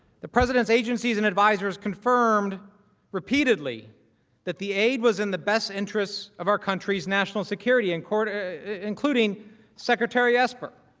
the president's agencies and advisers confirmed repeatedly that the aid was in the best interests of our country's national security and corday including secretary caspar